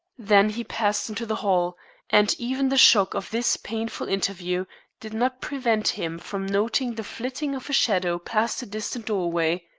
then he passed into the hall and even the shock of this painful interview did not prevent him from noting the flitting of a shadow past a distant doorway,